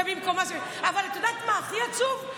ובמקומה שמים, אבל את יודעת מה הכי עצוב?